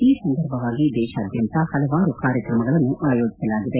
ಈ ಸಂದರ್ಭವಾಗಿ ದೇಶಾದ್ಯಂತ ಹಲವಾರು ಕಾರ್ಯಕ್ರಮಗಳನ್ನು ಆಯೋಜಿಸಲಾಗಿದೆ